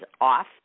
off